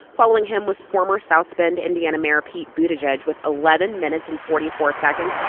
following him was former south bend indiana mayor pete buttigieg with eleven minutes and forty four seconds.